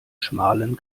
schmalen